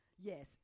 Yes